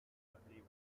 lovely